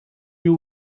you